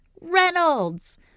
Reynolds